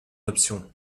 option